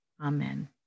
Amen